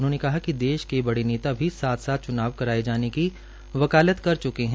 उन्होंने कहा कि देश के बड़े नेता भी च्नाव कराए जाने की वकालत कर चुके है